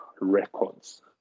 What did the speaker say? records